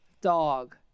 dog